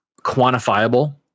quantifiable